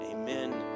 amen